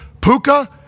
Puka